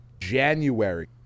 January